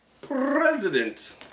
president